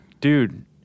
Dude